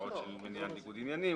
הוראות של בניין ניגוד עניינים.